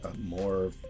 more